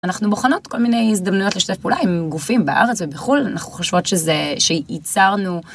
אנחנו בוחנות כל מיני הזדמנויות לשתף פעולה עם גופים בארץ ובחול אנחנו חושבות שזה, שייצרנו.